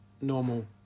normal